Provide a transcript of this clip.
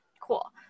cool